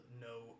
no